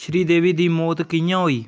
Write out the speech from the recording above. श्रीदेवी दी मौत कि'यां होई